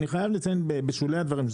אני חייב לציין בשולי הדברים,